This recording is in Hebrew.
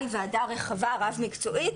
היא ועדה רחבה, רב-מקצועית.